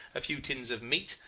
a few tins of meat,